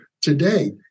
today